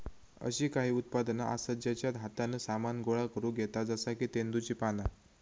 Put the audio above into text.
अशी काही उत्पादना आसत जेच्यात हातान सामान गोळा करुक येता जसा की तेंदुची पाना